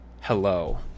Hello